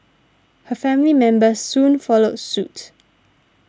her family members soon followed suit